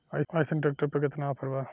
अइसन ट्रैक्टर पर केतना ऑफर बा?